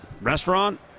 restaurant